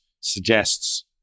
suggests